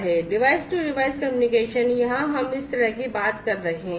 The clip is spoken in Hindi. यहां हम डिवाइस टू डिवाइस कम्युनिकेशन की बात कर रहे हैं